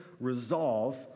resolve